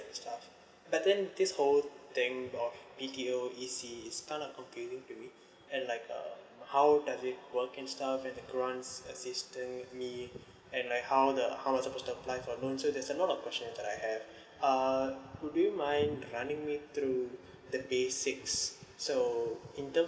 and stuff but then this whole thing of B_T_O E_C is kind of confusing to me and like uh how does it work and stuff and the grant assistant thingy and like how the how I supposed to apply for the loan so there's a lot of questions that I have uh would do you mind running me through the basics so in term